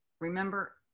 remember